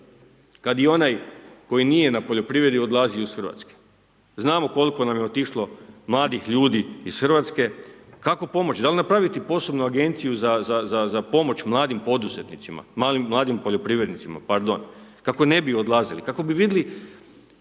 kad i onaj koji nije na poljoprivredi odlazi iz Hrvatske? Znamo koliko nam je otišlo mladih ljudi iz Hrvatske, kako pomoći, da li napraviti posebnu agenciju za pomoć mladim poduzetnicima, mladim poljoprivrednicima pardon kako ne bi odlazili, kako bi vidjeli